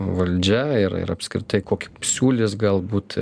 valdžia ir ir apskritai kokį siūlys galbūt